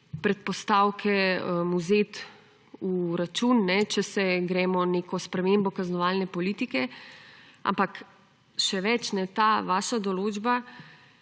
predpostavke vzeti v račun, če se gremo neko spremembo kaznovalne politike, ampak še več. Ta vaša določba